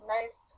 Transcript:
Nice